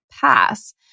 pass